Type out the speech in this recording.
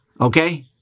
Okay